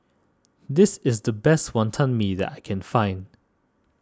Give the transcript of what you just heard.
this is the best Wantan Mee that I can find